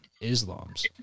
Islam's